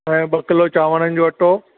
ऐं ॿ किलो चावंरनि जो अटो